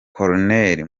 colonel